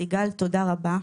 סיגל, תודה רבה.